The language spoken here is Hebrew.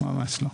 ממש לא.